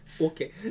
Okay